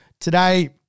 today